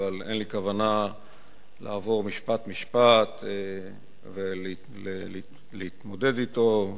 אבל אין לי כוונה לעבור משפט-משפט ולהתמודד אתו,